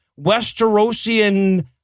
Westerosian